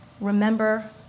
remember